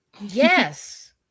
yes